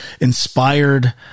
inspired